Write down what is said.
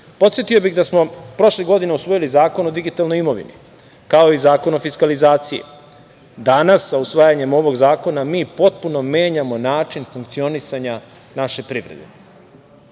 bih da smo prošle godine usvojili Zakon o digitalnoj imovini, kao i Zakon o fiskalizaciji, a danas sa usvajanjem ovog zakona, mi potpuno menjamo način funkcionisanja naše privrede. Pored